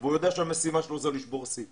והוא יודע שהמשימה שלו היא לשבור שיא.